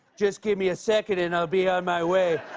just give me a second, and i'll be on my way.